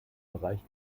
bereich